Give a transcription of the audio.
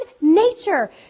nature